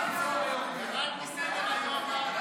מסדר-היום,